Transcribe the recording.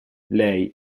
lei